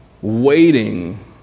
waiting